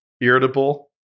irritable